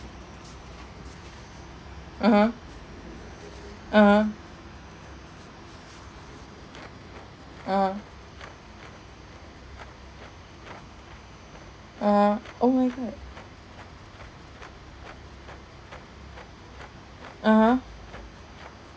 (uh huh) (uh huh) uh uh oh my god (uh huh)